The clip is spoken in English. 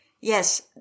yes